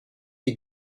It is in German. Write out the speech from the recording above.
die